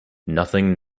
nothing